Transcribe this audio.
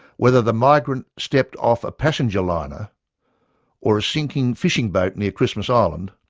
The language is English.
whether the migrant stepped off a passenger liner or a sinking fishing boat near christmas island,